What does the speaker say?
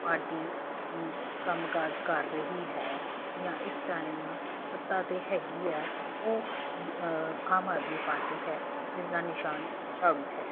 party ਕੰਮ ਕਾਜ ਕਰ ਰਹੀ ਹੈ ਜਾਂ ਇਸ ਟਾਈਮ ਸੱਤਾ 'ਤੇ ਹੈਗੀ ਆ ਉਹ ਆਮ ਆਦਮੀ ਪਾਰਟੀ ਹੈ ਜਿਸ ਦਾ ਨਿਸ਼ਾਨ ਝਾੜੂ ਹੈ